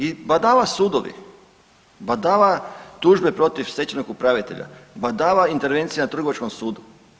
I badava sudovi, badava tužbe protiv stečajnog upravitelja, badava intervencija na Trgovačkom sudu.